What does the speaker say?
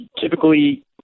Typically